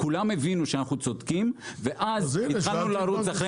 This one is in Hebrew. כולם הבינו שאנחנו צודקים ואז התחלנו לרוץ אחרי